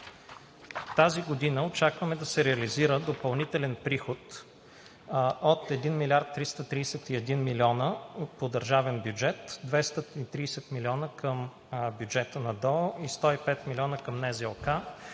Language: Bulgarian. тази година очакваме да се реализира допълнителен приход от 1 милиард 331 милиона по държавен бюджет – 230 милиона към бюджета на ДОО, 105 милиона към НЗОК